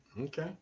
Okay